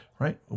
Right